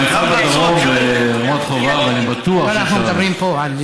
במפעל בדרום ברמת חובב אני בטוח שיש ערבים.